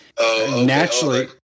naturally